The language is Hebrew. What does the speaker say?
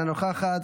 אינה נוכחת,